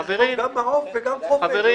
צריך לכתוב גם מעוף וגם חופש.